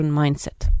mindset